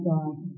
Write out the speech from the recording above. God